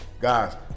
Guys